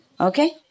Okay